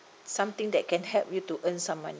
something that can help you to earn some money